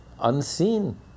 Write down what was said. unseen